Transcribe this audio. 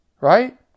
right